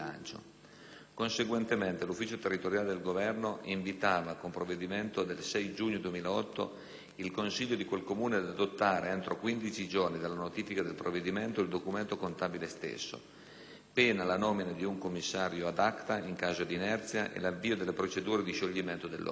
Conseguentemente, l'Ufficio territoriale del Governo invitava, con provvedimento del 6 giugno 2008, il Consiglio di quel Comune ad adottare, entro 15 giorni dalla notifica del provvedimento, il documento contabile stesso, pena la nomina di un Commissario *ad acta*, in caso di inerzia, e l'avvio delle procedure di scioglimento dell'organo.